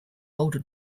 older